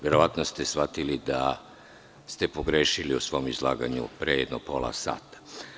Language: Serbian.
Verovatno ste shvatili da ste pogrešili u svom izlaganju pre jedno pola sata.